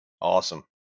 Awesome